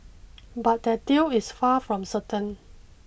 but that deal is far from certain